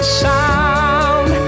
sound